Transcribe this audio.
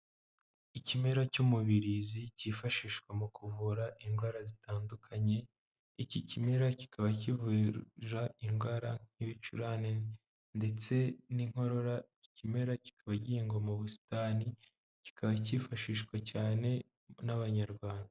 Ikimera cy'umubirizi cyifashishwa mu kuvura indwara zitandukanye, iki kimera kikaba kivura indwara nk'ibicurane ndetse n'inkorora, iki ikimera kikaba gihingwa mu busitani, kikaba cyifashishwa cyane n'abanyarwanda.